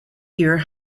year